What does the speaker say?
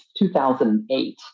2008